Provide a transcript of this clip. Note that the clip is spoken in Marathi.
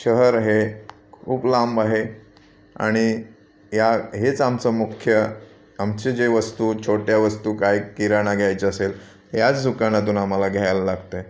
शहर हे खूप लांब आहे आणि या हेच आमचं मुख्य आमचे जे वस्तू छोट्या वस्तू काय किराणा घ्यायच्या असेल याच दुकानातून आम्हाला घ्यायला लागतं आहे